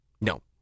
No